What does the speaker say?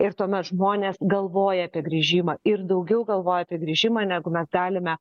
ir tuomet žmonės galvoja apie grįžimą ir daugiau galvoja apie grįžimą negu mes galime